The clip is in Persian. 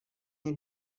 اینه